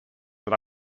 than